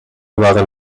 waren